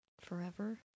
forever